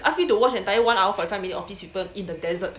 ask me to watch entire one hour forty minutes of these people in the desert